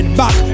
back